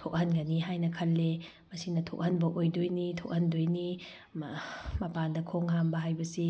ꯊꯣꯛꯍꯟꯒꯅꯤ ꯍꯥꯏꯅ ꯈꯜꯂꯦ ꯃꯁꯤꯅ ꯊꯣꯛꯍꯟꯕ ꯑꯣꯏꯗꯣꯏꯅꯤ ꯊꯣꯛꯍꯟꯗꯣꯏꯅꯤ ꯃꯄꯥꯟꯗ ꯈꯣꯡ ꯍꯥꯝꯕ ꯍꯥꯏꯕꯁꯤ